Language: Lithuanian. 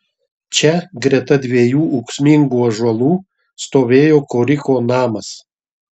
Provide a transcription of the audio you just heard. čia greta dviejų ūksmingų ąžuolų stovėjo koriko namas